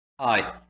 hi